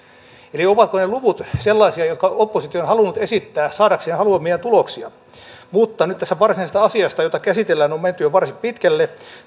ovatko ne luvut sellaisia jotka oppositio on halunnut esittää saadakseen haluamiaan tuloksia nyt tästä varsinaisesta asiasta jota käsitellään on menty jo varsin pitkälle